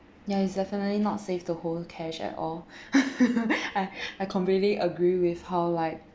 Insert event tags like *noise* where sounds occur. yeah it's definitely not safe to hold cash at all *laughs* I I completely agree with how like